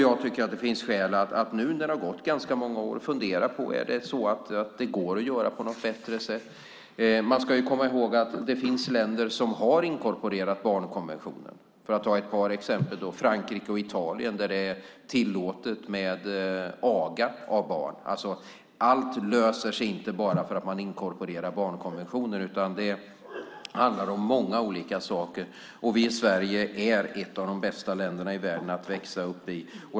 Jag tycker att det finns skäl att nu när det har gått ganska många år fundera på om det går att göra på något bättre sätt. Man ska komma ihåg att det finns länder som har inkorporerat barnkonventionen. Ett par exempel är Frankrike och Italien, och där är det tillåtet med aga av barn. Allt löser sig alltså inte bara för att man inkorporerar barnkonventionen, utan det handlar om många olika saker. Sverige är ett av de bästa länderna i världen att växa upp i.